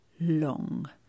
long